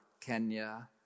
Kenya